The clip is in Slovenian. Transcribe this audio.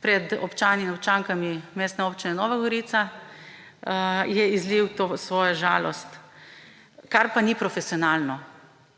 pred občani in občankami Mestne občine Nova Gorica, je izlil to svojo žalost, kar pa ni profesionalno.